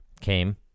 came